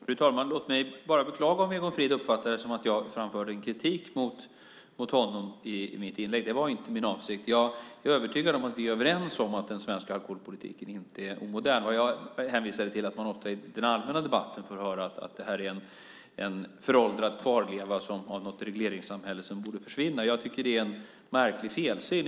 Fru talman! Låt mig bara beklaga om Egon Frid uppfattade det som att jag framförde kritik mot honom i mitt inlägg. Det var inte min avsikt. Jag är övertygad om att vi är överens om att den svenska alkoholpolitiken inte är omodern. Jag hänvisade till att man ofta i den allmänna debatten får höra att den är en föråldrad kvarleva av något regleringssamhälle som borde försvinna. Det är en märklig felsyn.